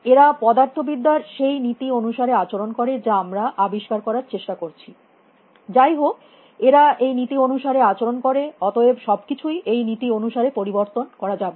এরা পদার্থবিদ্যা র সেই নীতি অনুসারে আচরণ করে যা আমরা আবিষ্কার করার চেষ্টা করছি যাই হোক এরা এই নীতি অনুসারে আচরণ করে অতএব সব কিছুই এই নীতি অনুসারে পরিবর্তন করা যাবে